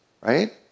right